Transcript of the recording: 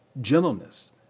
gentleness